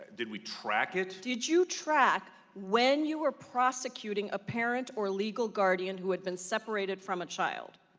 did we track it? did you track when you were prosecuting a parent or legal guardian who had been separated from a child?